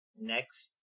next